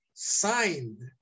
signed